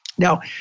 Now